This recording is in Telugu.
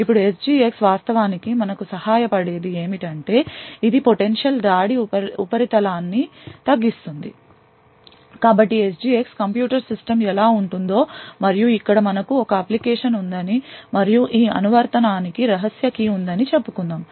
ఇప్పుడు SGX వాస్తవానికి మనకు సహాయపడే ది ఏమిటంటే ఇది potential దాడి ఉపరితలాన్ని తగ్గిస్తుంది కాబట్టి SGX కంప్యూటర్ సిస్టమ్ ఎలా ఉంటుందో మరియు ఇక్కడ మనకు ఒక అప్లికేషన్ ఉందని మరియు ఈ అనువర్తనానికి రహస్య key ఉందని చెప్పుకుందాం